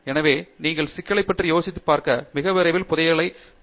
எனவே நீங்கள் சிக்கலைப் பற்றி யோசித்துப் பார்த்து மிக விரைவில் புதையலைத் தாக்கவும்